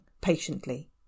patiently